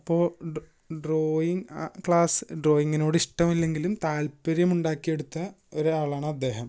അപ്പോൾ ഡോ drawing class ഡ്രോയിങ്ങിനോട് ഇഷ്ടമില്ലെങ്കിലും താല്പര്യം ഉണ്ടാക്കിയെടുത്ത ഒരാളാണ് അദ്ദേഹം